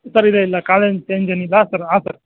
sir ಇಲ್ಲ ಇಲ್ಲ college change ಏನು ಇಲ್ಲ ಹಾಂ ಸರ್